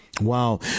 Wow